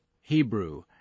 Hebrew